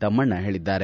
ತಮ್ನಣ್ಣ ಹೇಳಿದ್ದಾರೆ